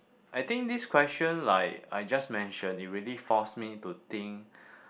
I think this question like I just mention it really force me to think